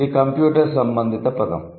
ఇది కంప్యూటర్ సంబంధిత పదం